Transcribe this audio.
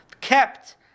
kept